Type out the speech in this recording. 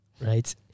right